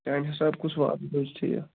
چانہِ حِسابہٕ کُس وازٕ روزِ ٹھیٖک